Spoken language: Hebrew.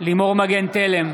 לימור מגן תלם,